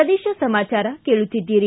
ಪ್ರದೇಶ ಸಮಾಚಾರ ಕೇಳುತ್ತೀದ್ದಿರಿ